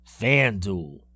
FanDuel